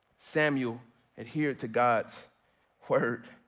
samuel adhere to god's word.